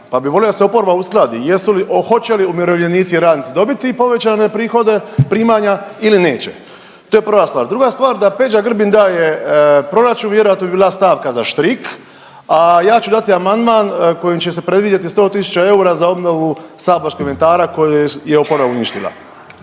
pa bi volio da se oporba uskladi. Jesu li o hoće li umirovljenici i radnici dobiti povećane prihode, primanja ili neće? To je prva stvar. Druga stvar, da Peđa Grbin daje proračun, vjerojatno bi bila stavka za štrik, a ja ću dati amandman kojim će se predvidjeti 100 tisuća eura saborskog inventara koji je oporba uništila.